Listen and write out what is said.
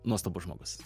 nuostabus žmogus